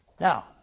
Now